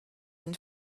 une